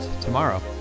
tomorrow